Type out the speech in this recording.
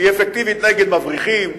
היא אפקטיבית נגד מבריחים,